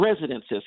residences